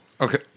Okay